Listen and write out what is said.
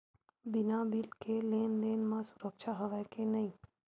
बिना बिल के लेन देन म सुरक्षा हवय के नहीं?